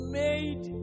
made